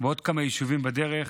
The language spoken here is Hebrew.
ועוד כמה יישובים בדרך,